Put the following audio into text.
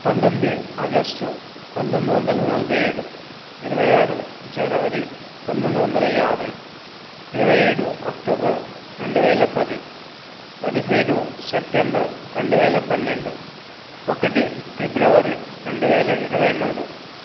పంతొమ్మిది ఆగష్టు పంతొమ్మిది వందల నలభై ఏడు ఇరవై ఆరు జనవరి పంతొమ్మిది వందల యాభై ఇరవైఏడు అక్టోబర్ రెండు వేల పది పదిహేడు సెప్టెంబర్ రెండు వేల పన్నెండు ఒకటి ఫిబ్రవరి రెండు వేల ఇరవై మూడు